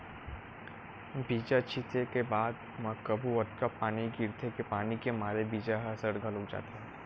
बीजा छिते के बाद म कभू अतका पानी गिरथे के पानी के मारे बीजा ह सर घलोक जाथे